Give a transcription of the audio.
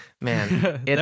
man